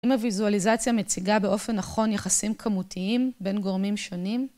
האם הוויזואליזציה מציגה באופן נכון יחסים כמותיים בין גורמים שונים?